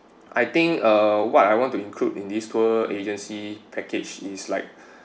I think uh what I want to include in this tour agency package is like